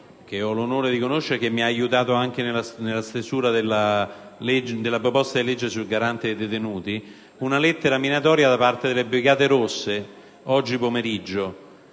che ho l'onore di conoscere e che mi ha aiutato nella stesura della proposta di legge sul Garante dei detenuti, una lettera minatoria da parte delle Brigate rosse. Poiché egli